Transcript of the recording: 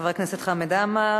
חבר הכנסת חמד עמאר,